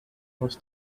cross